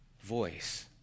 voice